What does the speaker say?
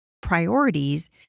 priorities